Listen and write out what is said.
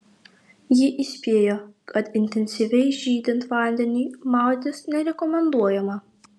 ji įspėjo kad intensyviai žydint vandeniui maudytis nerekomenduojama